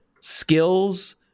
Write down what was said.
skills